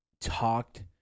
talked